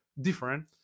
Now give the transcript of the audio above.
different